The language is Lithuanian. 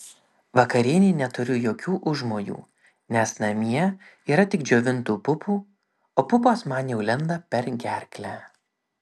vakarienei neturiu jokių užmojų nes namie yra tik džiovintų pupų o pupos man jau lenda per gerklę